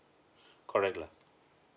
correct lah